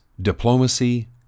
diplomacy